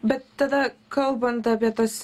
bet tada kalbant apie tas